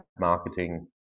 marketing